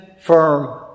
firm